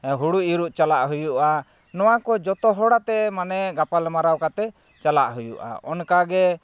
ᱦᱩᱲᱩ ᱤᱨᱚᱜ ᱪᱟᱞᱟᱜ ᱦᱩᱭᱩᱜᱼᱟ ᱱᱚᱣᱟ ᱠᱚ ᱡᱚᱛᱚ ᱦᱚᱲᱟᱛᱮ ᱢᱟᱱᱮ ᱜᱟᱯᱟᱞ ᱢᱟᱨᱟᱣ ᱠᱟᱛᱮ ᱪᱟᱞᱟᱜ ᱦᱩᱭᱩᱜᱼᱟ ᱚᱱᱠᱟ ᱜᱮ